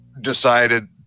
decided